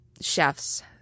chefs